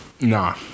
nah